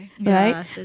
right